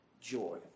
joy